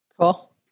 Cool